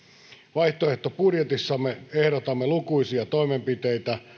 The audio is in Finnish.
vaihtoehtobudjetissamme ehdotamme lukuisia toimenpiteitä